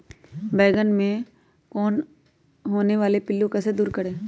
बैंगन मे होने वाले पिल्लू को कैसे दूर करें?